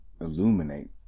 illuminate